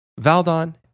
Valdon